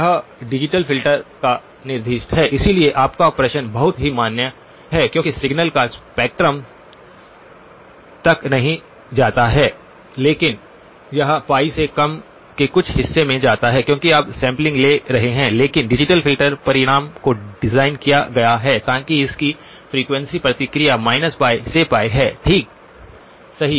यह digital filter का विनिर्देश है इसलिए आपका प्रश्न बहुत ही मान्य है क्योंकि सिग्नल का स्पेक्ट्रम it तक नहीं जाता है लेकिन यह π से कम के कुछ हिस्से में जाता है क्योंकि आप सैंपलिंग ले रहे हैं लेकिन डिजिटल फ़िल्टर परिणाम को डिज़ाइन किया गया है ताकि इसकी फ्रीक्वेंसी प्रतिक्रिया π से है सही